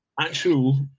actual